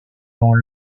dans